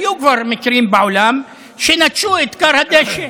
היו כבר מקרים בעולם שנטשו את כר הדשא.